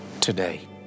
today